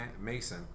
Mason